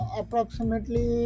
approximately